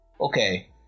Okay